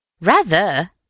Rather